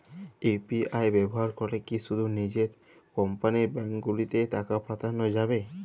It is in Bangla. ইউ.পি.আই ব্যবহার করে কি শুধু নিজের কোম্পানীর ব্যাংকগুলিতেই টাকা পাঠানো যাবে?